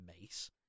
Mace